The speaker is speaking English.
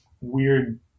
weird